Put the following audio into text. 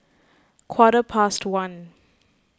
quarter past one